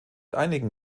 einigen